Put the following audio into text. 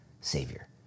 savior